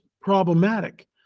problematic